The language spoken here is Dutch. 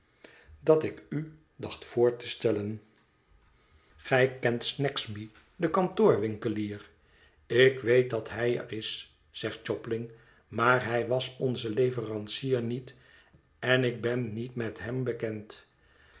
dat ik u dacht voor te stellen gij kent snagsby den kantoorwinkelier ik weet dat hij er is zegt jobling maar hij was onze leverancier niet en ik ben niet met hem bekend